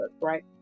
right